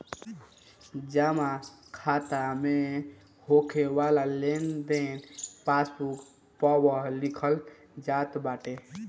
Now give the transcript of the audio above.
जमा खाता में होके वाला लेनदेन पासबुक पअ लिखल जात बाटे